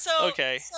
Okay